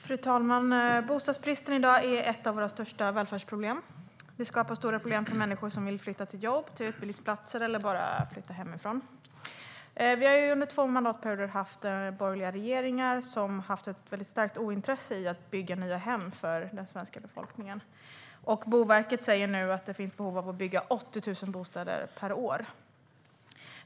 Fru talman! Bostadsbristen är i dag ett av våra största välfärdsproblem. Den skapar stora problem för människor som vill flytta till jobb och till utbildningsplatser eller som bara vill flytta hemifrån. Vi har under två mandatperioder haft borgerliga regeringar som haft ett starkt ointresse av att bygga nya hem för den svenska befolkningen. Boverket säger nu att det finns behov av att bygga 80 000 bostäder per år.